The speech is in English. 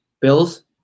Bills